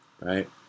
Right